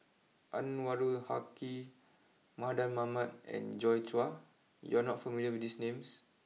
Anwarul Haque Mardan Mamat and Joi Chua you are not familiar with these names